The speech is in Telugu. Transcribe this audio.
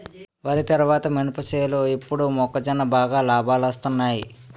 వరి తరువాత మినప సేలు ఇప్పుడు మొక్కజొన్న బాగా లాబాలొస్తున్నయ్